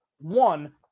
One